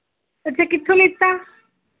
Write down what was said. ਅੱਛਾ ਕਿੱਥੋਂ ਲਿਤਾ